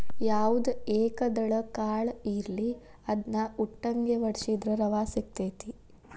ಯಾವ್ದ ಏಕದಳ ಕಾಳ ಇರ್ಲಿ ಅದ್ನಾ ಉಟ್ಟಂಗೆ ವಡ್ಸಿದ್ರ ರವಾ ಸಿಗತೈತಿ